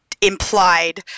implied